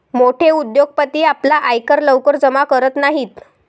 मोठे उद्योगपती आपला आयकर लवकर जमा करत नाहीत